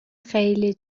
خیلی